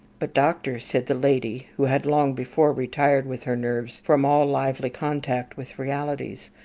but doctor, said the lady, who had long before retired with her nerves from all lively contact with realities,